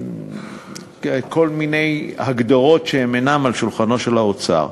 כל מיני הגדרות שאינן על שולחנו של האוצר.